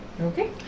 Okay